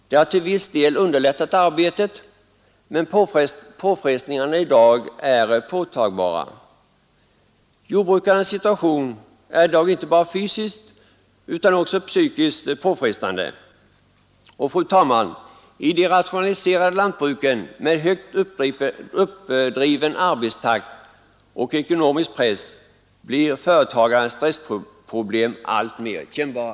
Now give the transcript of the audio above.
Det har till viss del underlättat arbetet, men påfrestningarna i dag är påtagbara. Jordbrukarnas situation är i dag inte bara fysiskt utan också psykiskt påfrestande. I de rationaliserade lantbruken med högt uppdriven arbetstakt och ekonomisk press blir företagarnas stressproblem alltmer kännbara.